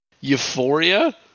euphoria